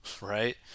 right